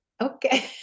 Okay